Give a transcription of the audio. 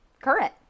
current